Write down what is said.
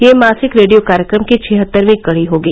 यह मासिक रेडियो कार्यक्रम की छिहत्तरवीं कड़ी होगी